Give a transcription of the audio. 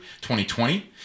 2020